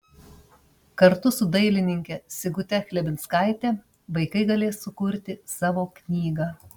kartu su dailininke sigute chlebinskaite vaikai galės sukurti savo knygą